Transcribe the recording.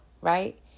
right